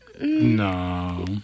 No